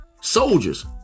soldiers